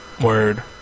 Word